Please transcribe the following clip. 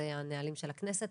זה הנהלים של הכנסת.